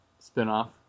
spinoff